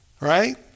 Right